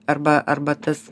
arba arba tas